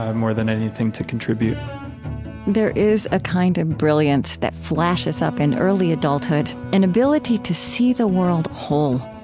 ah more than anything, to contribute there is a kind of brilliance that flashes up in early adulthood an ability to see the world whole.